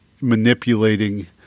manipulating